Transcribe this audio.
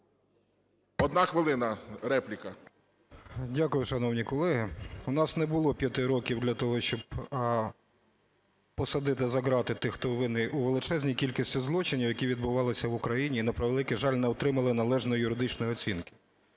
РАХМАНІН С.І. Дякую, шановні колеги. У нас не було п'яти років для того, щоб посадити за грати тих, хто винний у величезній кількості злочинів, які відбувалися в Україні, і, на превеликий жаль, не отримали належної юридичної оцінки.